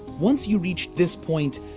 once you reach this point,